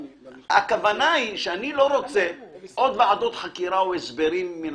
הכוונה היא שאני לא רוצה עוד ועדות חקירה או הסברים.